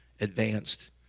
advanced